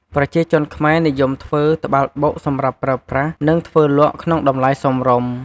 ប្រជាជនខ្មែរនិយមធ្វើត្បាល់បុកសម្រាប់ប្រើប្រាស់ និងធ្វើលក់ក្នុងតម្លៃរសមរម្យ។